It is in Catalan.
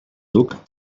duc